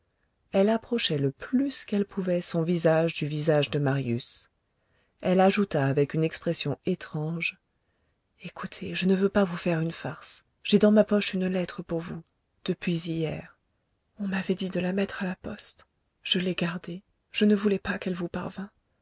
elle approchait le plus qu'elle pouvait son visage du visage de marius elle ajouta avec une expression étrange écoutez je ne veux pas vous faire une farce j'ai dans ma poche une lettre pour vous depuis hier on m'avait dit de la mettre à la poste je l'ai gardée je ne voulais pas qu'elle vous parvînt